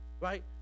right